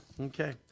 okay